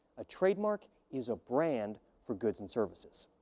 a trademark is a brand for goods and services.